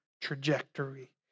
trajectory